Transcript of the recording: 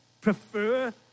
prefer